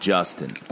Justin